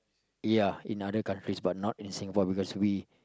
ya in other countries but not in Singapore because we